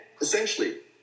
essentially